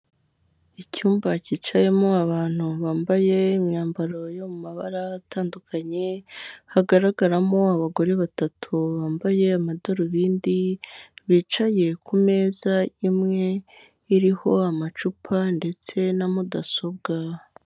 Icyumba cyicayemo abantu bambaye imyambaro yo mu mabara atandukanye hagaragaramo abagore batatu, bambaye amadarubindi, bicaye ku meza imwe iriho amacupa ndetse na mudasobwa.